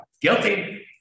Guilty